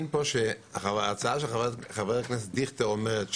ההצעה של חבר הכנסת דיכטר אומרת,